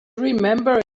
remember